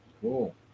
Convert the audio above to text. Cool